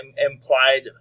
Implied